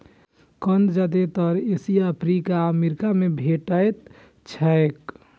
कंद जादेतर Asia, Africa आ अमेरिका मे भेटैत छैक